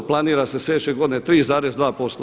Planira se sljedeće godine 3,2%